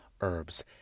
herbs